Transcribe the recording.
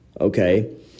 Okay